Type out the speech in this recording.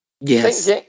Yes